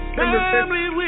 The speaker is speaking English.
family